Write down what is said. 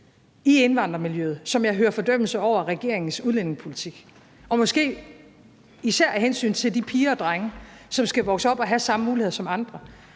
i indvandrermiljøet, som jeg hører fordømmelse af regeringens udlændingepolitik, og måske især af hensyn til de piger og drenge, som skal vokse op og have de samme muligheder som andre,